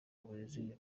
uburezi